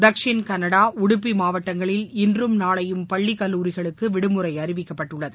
தக்சின கன்னடா உடுப்பி மாவட்டங்களில் இன்றும் நாளையும் பள்ளி கல்லூரிகளுக்கு விடுமுறை அறிவிக்கப்பட்டுள்ளது